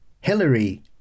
Hillary